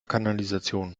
kanalisation